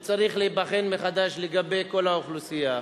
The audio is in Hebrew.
שצריך להיבחן מחדש לגבי כל האוכלוסייה,